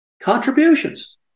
contributions